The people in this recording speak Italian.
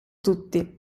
tutti